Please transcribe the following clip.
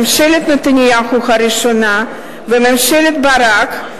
ממשלת נתניהו הראשונה וממשלת ברק,